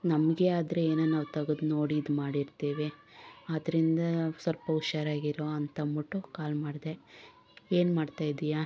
ನಮಗೆ ಆದರೆ ಏನೋ ನಾವು ತೆಗೆದು ನೋಡಿ ಇದ್ಮಾಡಿರ್ತೀವಿ ಆದ್ದರಿಂದ ಸ್ವಲ್ಪ ಹುಷಾರಾಗಿರುವ ಅಂತಂದ್ಬಿಟ್ಟು ಕಾಲ್ ಮಾಡಿದೆ ಏನು ಮಾಡ್ತಾಯಿದ್ದೀಯಾ